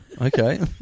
Okay